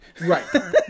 Right